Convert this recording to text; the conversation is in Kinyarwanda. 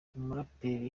umuraperi